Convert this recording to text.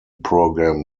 program